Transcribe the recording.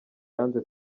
yanze